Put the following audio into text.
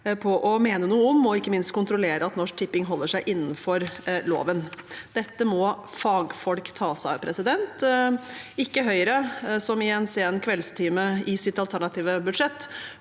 på å mene noe om, og ikke minst kontrollere, at Norsk Tipping holder seg innenfor loven. Dette må fagfolk ta seg av, ikke Høyre, som i en sen kveldstime i sitt alternative budsjett